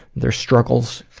their struggles.